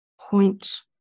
point